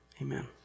Amen